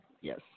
Yes